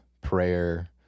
prayer